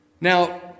Now